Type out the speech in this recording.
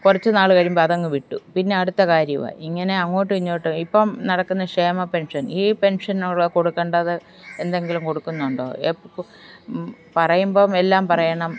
കുറച്ച് നാൾ കഴിയുമ്പോൾ അതങ്ങ് വിട്ടു പിന്നെ അടുത്ത കാര്യമായി ഇങ്ങനെ അങ്ങോട്ടും ഇങ്ങോട്ടും ഇപ്പം നടക്കുന്ന ക്ഷേമ പെൻഷൻ ഈ പെൻഷൻ ഉള്ളത് കൊടുക്കേണ്ടത് എന്തെങ്കിലും കൊടുക്കുന്നുണ്ടോ എപ്പം പറയുമ്പം എല്ലാം പറയണം